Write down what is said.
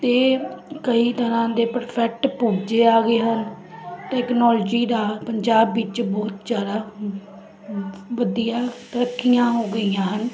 ਅਤੇ ਕਈ ਤਰ੍ਹਾਂ ਦੇ ਪਰਫੈਕਟ ਪੁਰਜੇ ਆ ਗਏ ਹਨ ਟੈਕਨੋਲੋਜੀ ਦਾ ਪੰਜਾਬ ਵਿੱਚ ਬਹੁਤ ਜ਼ਿਆਦਾ ਵਧੀਆ ਤਰੱਕੀਆਂ ਹੋ ਗਈਆਂ ਹਨ